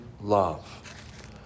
love